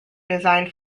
designed